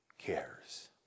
cares